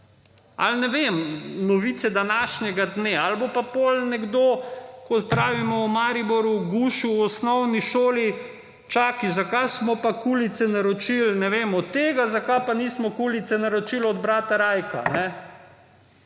Ali ne vem, novice današnjega dne ali bo pa potem nekdo, kot pravimo v Mariboru, gušil v osnovni šoli, čakaj zakaj smo pa kulice naročili, ne vem, od tega, zakaj pa nismo kulice naročili od brata Rajka.